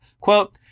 Quote